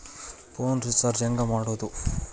Phone recharge ಹೆಂಗೆ ಮಾಡೋದು?